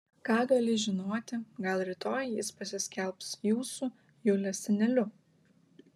ką gali žinoti gal rytoj jis pasiskelbs jūsų julės seneliu